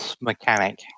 mechanic